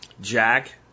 Jack